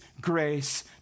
grace